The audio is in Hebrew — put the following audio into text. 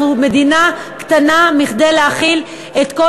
אנחנו מדינה קטנה מכדי להכיל את כל